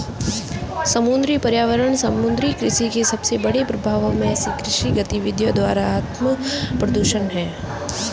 समुद्री पर्यावरण समुद्री कृषि के सबसे बड़े प्रभावों में से कृषि गतिविधियों द्वारा आत्मप्रदूषण है